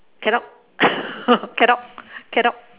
cadog cadog cadog